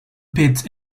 pit